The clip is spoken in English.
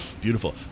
Beautiful